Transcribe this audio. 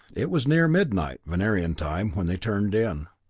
it was near midnight, venerian time, when they turned in.